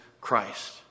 christ